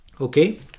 Okay